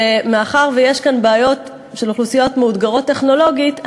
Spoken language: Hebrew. שמאחר שיש כאן בעיות של אוכלוסיות מאותגרות טכנולוגית,